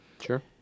Sure